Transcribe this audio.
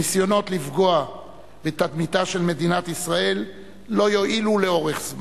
הניסיונות לפגוע בתדמיתה של מדינת ישראל לא יועילו לאורך זמן.